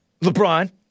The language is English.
LeBron